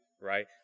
right